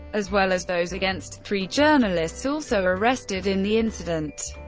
as well as those against three journalists also arrested in the incident,